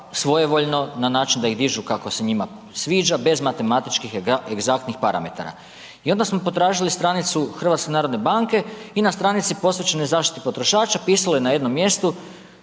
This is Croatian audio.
svojevoljno na način da ih dižu kako se njima sviđa, bez matematičkih egzaktnih parametara. I onda smo potražili stranicu HNB-a i na stranici posvećenoj zaštiti potrošača pisalo je na jednom mjestu